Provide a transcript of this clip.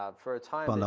ah for a time, and